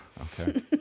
okay